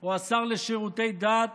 או השר לשירותי דת